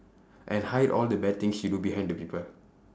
and hide all the bad things she do behind the people